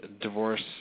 divorce